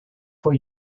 for